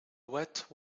wet